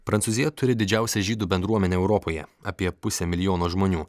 prancūzija turi didžiausią žydų bendruomenę europoje apie pusę milijono žmonių